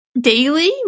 daily